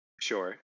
Sure